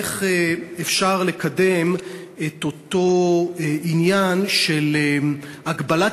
איך אפשר לקדם את אותו עניין של הגבלת